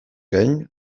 gain